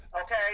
okay